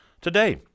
today